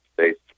States